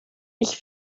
ich